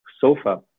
sofa